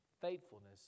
faithfulness